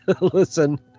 listen